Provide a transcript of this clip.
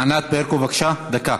ענת ברקו, בבקשה, דקה.